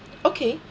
okay